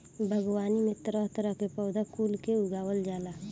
बागवानी में तरह तरह के पौधा कुल के उगावल जाला